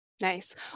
Nice